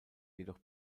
jedoch